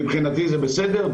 מבחינתי זה בסדר,